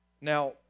Now